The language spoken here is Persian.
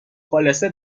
خلاصه